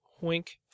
Wink